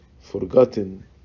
forgotten